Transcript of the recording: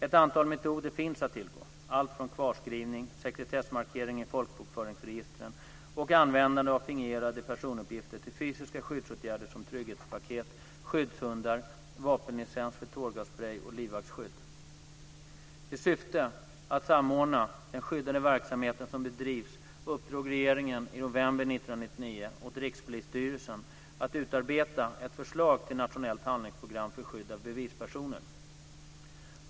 Ett antal metoder finns att tillgå, allt från kvarskrivning, sekretessmarkering i folkbokföringsregistren och användande av fingerade personuppgifter till fysiska skyddsåtgärder som trygghetspaket, skyddshundar, vapenlicens för tårgasspray och livvaktsskydd. I syfte att samordna den skyddande verksamhet som bedrivs uppdrog regeringen i november 1999 åt Rikspolisstyrelsen att utarbeta ett förslag till nationellt handlingsprogram för skydd av bevispersoner.